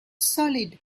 solid